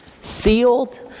sealed